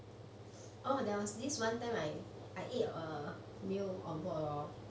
oh there was this one time I I ate a meal on board hor